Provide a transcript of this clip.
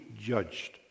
judged